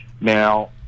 Now